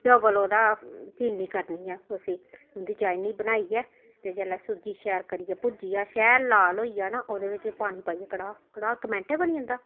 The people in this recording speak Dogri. डबल ओहदा चीनी करनी ऐ उस्सी उं'दी चाह्नी बनाइयै ते जेल्लै सूजी शैल करियै भुज्जी जा शैल लाल होई जा ना ओहदे बिच्च पानी पाइयै कढ़ाऽ कढ़ाऽ इक मैंटे बनी जंदा